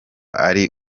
ari